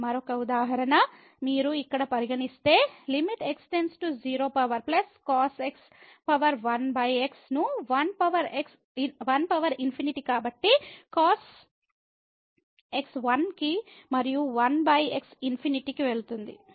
మరొక ఉదాహరణ మీరు ఇక్కడ పరిగణిస్తే x0 1x ను 1∞ కాబట్టి cos x 1 కి మరియు 1x∞ కి వెళుతుంది